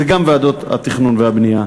זה גם ועדות התכנון והבנייה.